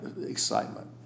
excitement